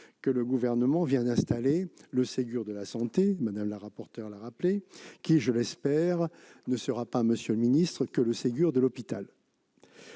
que le Gouvernement vient d'installer le Ségur de la santé- Mme la rapporteure l'a rappelé -, qui, je l'espère, ne sera pas que le Ségur de l'hôpital